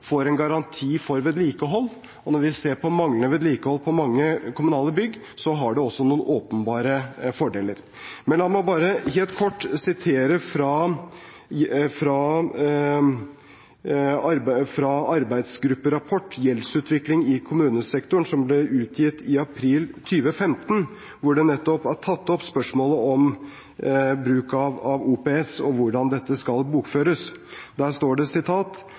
får en garanti for vedlikehold. Når vi ser på manglende vedlikehold på mange kommunale bygg, har det også noen åpenbare fordeler. Men la meg bare helt kort sitere fra arbeidsgrupperapport Gjeldsutvikling i kommunesektoren, som ble utgitt i april 2015, hvor det nettopp er tatt opp spørsmålet om bruk av OPS og hvordan dette skal bokføres. Der står det: